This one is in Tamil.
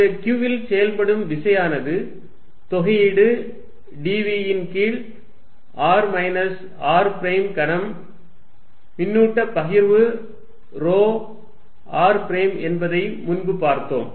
இந்த q ல் செயல்படும் விசையானது தொகையீடு dv ன் கீழ் r மைனஸ் r பிரைம் கனம் மின்னூட்ட பகிர்வு ρ r பிரைம் என்பதை முன்பு பார்த்தோம்